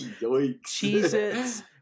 Cheez-Its